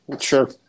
Sure